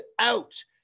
out